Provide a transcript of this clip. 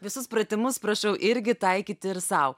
visus pratimus prašau irgi taikyti ir sau